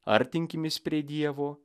artinkimės prie dievo